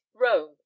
Rome